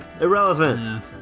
irrelevant